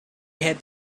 had